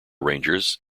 rangers